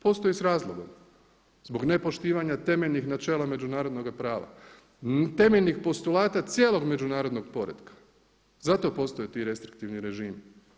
Postoji s razlogom zbog nepoštivanja temeljnih načela međunarodnoga prava, temeljnih postulata cijelog međunarodnog poretka, zato postoje ti restriktivni režimi.